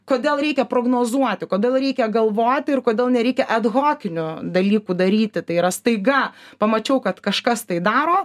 kodėl reikia prognozuoti kodėl reikia galvoti ir kodėl nereikia edhokinių dalykų daryti tai yra staiga pamačiau kad kažkas tai daro